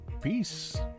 Peace